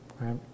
right